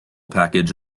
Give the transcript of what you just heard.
package